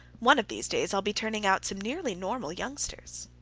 one of these days i'll be turning out some nearly normal youngsters.